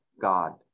God